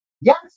yes